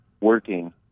working